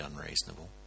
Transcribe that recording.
unreasonable